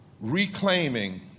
reclaiming